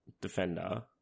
defender